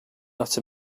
not